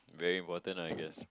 very important ah I guess